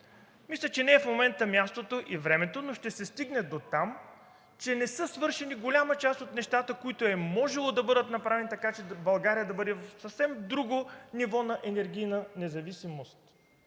Мисля, че в момента не е мястото и не е времето, но ще се стигне дотам, че не са свършени голяма част от нещата, които е можело да бъдат направени така, че България да бъде на съвсем друго ниво на енергийна независимост.